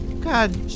God